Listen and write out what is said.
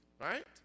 Right